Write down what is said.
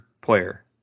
player